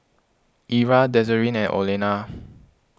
Ira Desiree and Olena